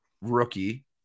rookie